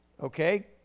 Okay